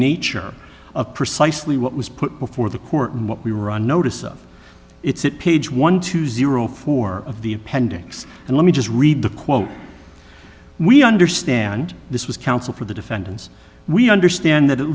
nature of precisely what was put before the court and what we were on notice of it's it page one two zero four of the appendix and let me just read the quote we understand this was counsel for the defendants we understand that at